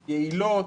יעילות,